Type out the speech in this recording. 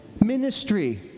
Ministry